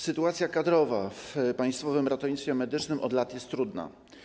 Sytuacja kadrowa w państwowym ratownictwie medycznym od lat jest trudna.